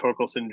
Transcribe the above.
Torkelson